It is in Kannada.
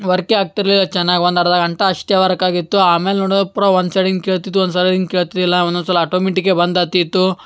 ವರ್ಕೇ ಆಗ್ತಿರ್ಲಿಲ್ಲ ಚೆನ್ನಾಗಿ ಒಂದು ಅರ್ಧ ಗಂಟೆ ಅಷ್ಟೇ ವರ್ಕ್ ಆಗಿತ್ತು ಆಮೇಲೆ ನೋಡು ಪೂರೂ ಒನ್ ಸೈಡ್ ಹಿಂಗ್ ಕೇಳ್ತಿತ್ತು ಒಂದು ಸರಿ ಹಿಂಗೆ ಕೇಳ್ತಿದ್ದಿಲ್ಲ ಒಂದೊಂದು ಸಲ ಅಟೊಮೆಟಿಕ್ಕೇ ಬಂದಾಗ್ತಿತ್ತು